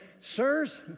sirs